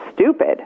stupid